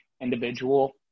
individual